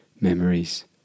memories